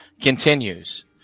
continues